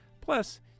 Plus